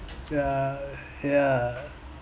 yeah yeah